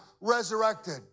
resurrected